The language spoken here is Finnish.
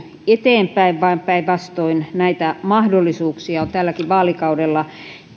eteenpäin vaan päinvastoin näitä mahdollisuuksia on tälläkin vaalikaudella